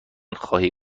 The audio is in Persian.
خواهی